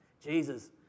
Jesus